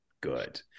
good